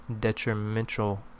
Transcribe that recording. detrimental